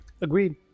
Agreed